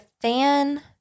fan